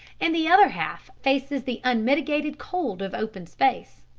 and the other half faces the unmitigated cold of open space.